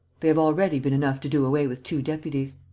they have already been enough to do away with two deputies.